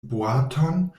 boaton